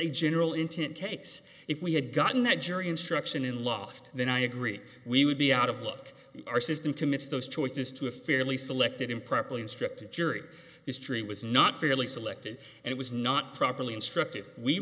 a general intent cakes if we had gotten that jury instruction in lost then i agree we would be out of luck our system commits those choices to a fairly select improperly instructed jury history was not fairly selected and it was not properly instructed we